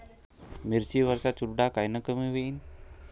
मिरची वरचा चुरडा कायनं कमी होईन?